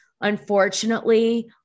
Unfortunately